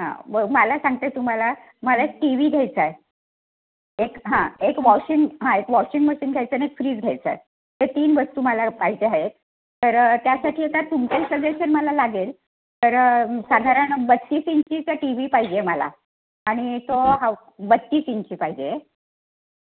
हां मला सांगते तुम्हाला मला एक टी व्ही घ्यायचा आहे एक हां एक वॉशिंग हां एक वॉशिंग मशीन घ्यायचं न एक फ्रीज घ्यायचा आहे हे तीन वस्तू मला पाहिजे आहेत तर त्यासाठी तुमचंही सजेशन मला लागेल तर साधारण बस्तीस इंचीचं टी व्ही पाहिजे मला आणि तो हो बत्तीस इंची पाहिजे